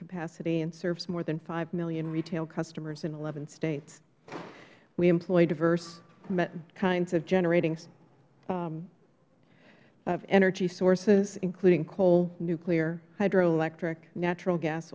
capacity and serves more than five million retail customers in eleven states we employ diverse kinds of generating of energy sources including coal nuclear hydroelectric natural gas